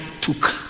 took